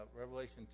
Revelation